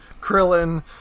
Krillin